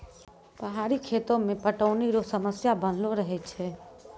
पहाड़ी खेती मे पटौनी रो समस्या बनलो रहै छै